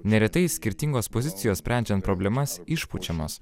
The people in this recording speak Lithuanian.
neretai ir skirtingos pozicijos sprendžiant problemas išpučiamos